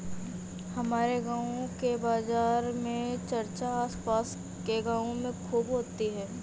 हमारे गांव के बाजार की चर्चा आस पास के गावों में खूब होती हैं